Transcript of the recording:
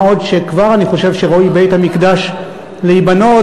מה עוד שאני חושב שכבר ראוי בית-המקדש להיבנות